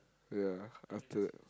ya after